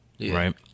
right